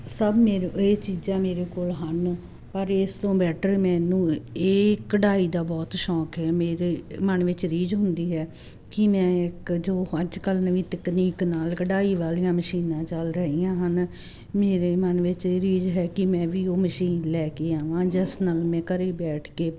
ਸਭ ਇਹ ਚੀਜ਼ਾਂ ਮੇਰੇ ਕੋਲ ਹਨ ਪਰ ਇਸ ਤੋਂ ਬੈਟਰ ਮੈਂ ਇਹਨੂੰ ਇਹ ਕਢਾਈ ਦਾ ਬਹੁਤ ਸ਼ੌਂਕ ਹ ਮੇਰੇ ਮਨ ਵਿੱਚ ਰੀਝ ਹੁੰਦੀ ਹੈ ਕਿ ਮੈਂ ਇੱਕ ਜੋ ਅੱਜ ਕੱਲ ਨਵੀਂ ਤਕਨੀਕ ਨਾਲ ਕਢਾਈ ਵਾਲੀਆਂ ਮਸ਼ੀਨਾਂ ਚੱਲ ਰਹੀਆਂ ਹਨ ਮੇਰੇ ਮਨ ਵਿੱਚ ਇਹ ਰੀਝ ਹੈ ਕੀ ਮੈਂ ਵੀ ਉਹ ਮਸ਼ੀਨ ਲੈ ਕੇ ਆਵਾਂ ਜਿਸ ਨਾਲ ਮੈਂ ਘਰੇ ਬੈਠ ਕੇ